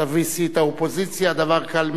תביסי את האופוזיציה, דבר קל מאוד.